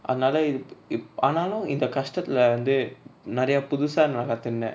அதனால இது:athanala ithu ip~ ஆனாலு இந்த கஷ்டத்துல வந்து நெரய புதுசா நா கத்துண்ட:aanalu intha kastathula vanthu neraya puthusa na kathunda